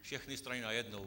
Všechny strany najednou.